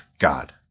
god